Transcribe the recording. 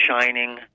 shining